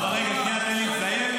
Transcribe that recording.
--- רגע, תן לי לסיים.